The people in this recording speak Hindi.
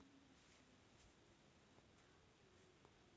नकदी फसलों में कौन सी फसलें है जो कम समय में तैयार होती हैं?